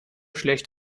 schlecht